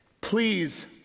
please